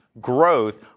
growth